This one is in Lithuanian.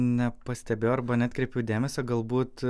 nepastebiu arba neatkreipiu dėmesio galbūt